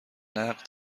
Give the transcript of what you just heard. نقد